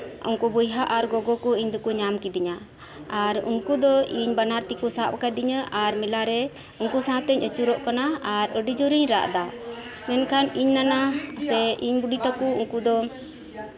ᱩᱱᱠᱩ ᱵᱚᱭᱦᱟ ᱟᱨ ᱜᱚᱜᱚ ᱠᱚᱠᱚ ᱧᱟᱢ ᱠᱤᱫᱤᱧᱟ ᱟᱨ ᱩᱱᱠᱩ ᱫᱚ ᱤᱧ ᱵᱟᱱᱟᱨ ᱛᱤᱠᱚ ᱥᱟᱵ ᱟᱠᱟᱫᱤᱧᱟ ᱟᱨ ᱢᱮᱞᱟᱨᱮ ᱩᱱᱠᱩ ᱥᱟᱶ ᱛᱤᱧ ᱟᱹᱪᱩᱨᱚᱜ ᱠᱟᱱᱟ ᱟᱨ ᱟᱹᱰᱤ ᱡᱳᱨ ᱤᱧ ᱨᱟᱜ ᱮᱫᱟ ᱢᱮᱱᱠᱷᱟᱱ ᱤᱧ ᱱᱟᱱᱟ ᱤᱧ ᱵᱩᱰᱤ ᱛᱟᱠᱚ ᱩᱱᱠᱩ ᱫᱚ